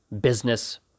business